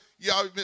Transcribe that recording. Y'all